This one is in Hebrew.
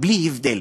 בלי הבדל,